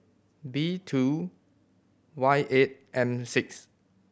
B two Y eight M six